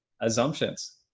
assumptions